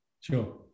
Sure